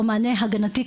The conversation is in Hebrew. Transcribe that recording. או מענה הגנתי,